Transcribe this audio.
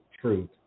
truth